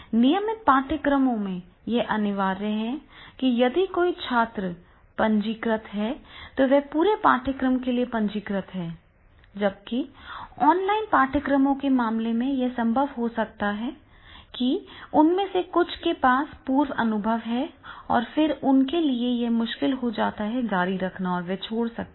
नियमित पाठ्यक्रमों में यह अनिवार्य है कि यदि कोई छात्र पंजीकृत है तो वह पूरे पाठ्यक्रम के लिए पंजीकृत है जबकि इन ऑनलाइन पाठ्यक्रमों के मामले में यह संभव हो सकता है कि उनमें से कुछ के पास पूर्व अनुभव है और फिर उनके लिए यह मुश्किल हो जाता है जारी रखें और वे छोड़ सकते हैं